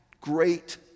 great